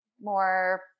more